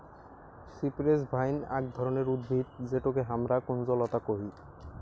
cypress vine আক ধরণের উদ্ভিদ যেটোকে হামরা কুঞ্জলতা কোহি